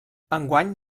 enguany